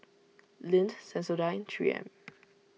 Lindt Sensodyne and three M